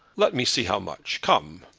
let me see how much. come.